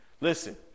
Listen